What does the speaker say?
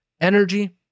energy